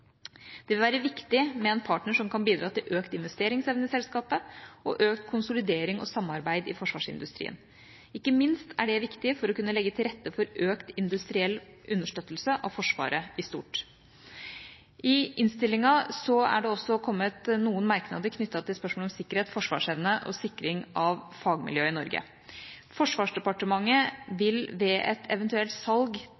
Det vil være viktig med en partner som kan bidra til økt investeringsevne i selskapet, og økt konsolidering og samarbeid i forsvarsindustrien. Ikke minst er det viktig for å kunne legge til rette for økt industriell understøttelse av Forsvaret i stort. I innstillinga er det også kommet noen merknader knyttet til spørsmålet om sikkerhet, forsvarsevne og sikring av fagmiljøet i Norge. Forsvarsdepartementet